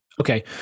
okay